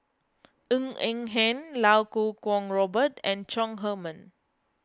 Ng Eng Hen Lau Kuo Kwong Robert and Chong Heman